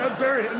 very